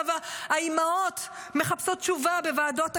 אבל האימהות מחפשות תשובה בוועדות הכנסת,